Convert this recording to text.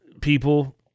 people